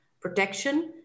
protection